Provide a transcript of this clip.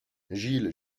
gilles